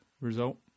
result